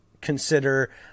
consider